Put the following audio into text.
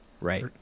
Right